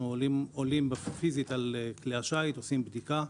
אנחנו עולים פיסית על כלי השיט, עושים בדיקה.